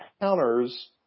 counters